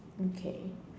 okay